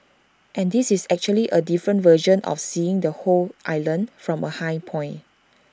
and this is actually A different version of seeing the whole island from A high point